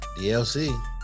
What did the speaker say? DLC